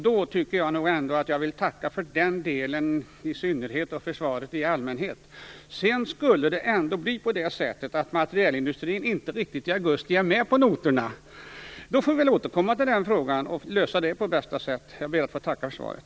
Då tycker jag nog ändå att jag vill tacka för den delen, i synnerhet av försvaret i allmänhet. Om det sedan ändå skulle bli på det sättet att materielindustrin i augusti inte riktigt är med på noterna få vi väl återkomma till den frågan och lösa den på bästa sätt. Jag ber att få tacka för svaret.